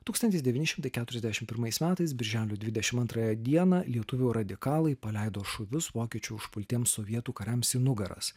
tūkstantis devyni šimtai keturiasdešimt pirmais metais birželio dvidešimt antrąją dieną lietuvių radikalai paleido šūvius vokiečių užpultiems sovietų kariams į nugaras